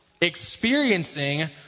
experiencing